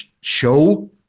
show